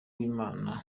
uwimana